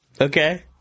Okay